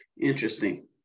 Interesting